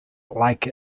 like